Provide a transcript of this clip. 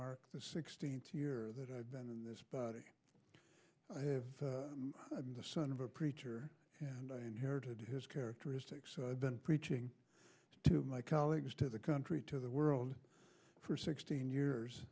mark the sixteenth year that i've been in this body i have been the son of a preacher and i inherited his characteristics so i've been preaching to my colleagues to the country to the world for sixteen years